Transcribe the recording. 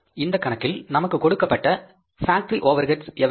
இந்த கணக்கில் நமக்கு கொடுக்கப்பட்ட பேக்டரி ஓவர்ஹெட்ஸ் எவை எவை